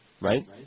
Right